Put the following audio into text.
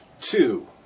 two